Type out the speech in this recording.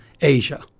Asia